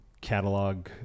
catalog